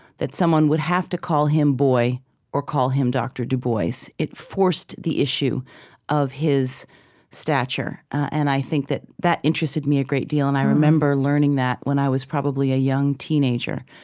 that someone would have to call him boy or call him dr. du bois. so it forced the issue of his stature. and i think that that interested me a great deal. and i remember learning that when i was probably a young teenager.